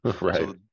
right